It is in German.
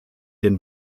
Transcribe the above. den